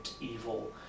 evil